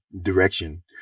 direction